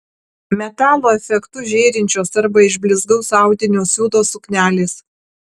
metalo efektu žėrinčios arba iš blizgaus audinio siūtos suknelės